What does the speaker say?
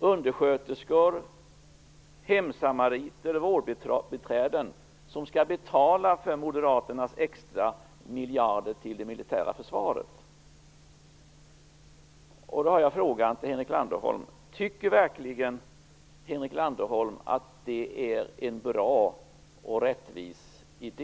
undersköterskor, hemsamariter, vårdbiträden, som skall betala för Moderaternas extra miljarder till det militära försvaret. Då har jag frågan till Henrik Landerholm: Tycker verkligen Henrik Landerholm att det är en bra och rättvis idé?